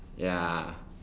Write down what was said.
ya